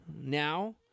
now